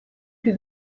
più